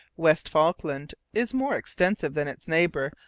west falkland is more extensive than its neighbour,